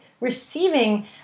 receiving